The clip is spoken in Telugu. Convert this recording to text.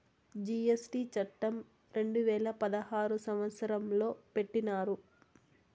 జీ.ఎస్.టీ చట్టం రెండు వేల పదహారు సంవత్సరంలో పెట్టినారు